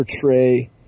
portray